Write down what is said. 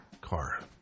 car